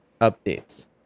updates